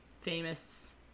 famous